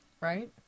Right